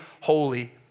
holy